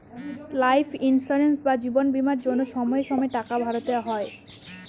life insurance বা জীবন বীমার জন্য সময়ে সময়ে টাকা ভরতে হয়